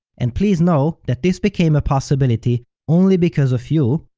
and please know that this became a possibility only because of you,